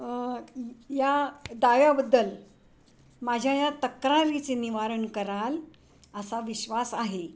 या दाव्याबद्दल माझ्या या तक्रारीचे निवारण कराल असा विश्वास आहे